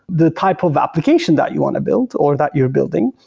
the type of application that you want to build or that you're building.